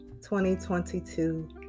2022